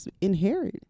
inherit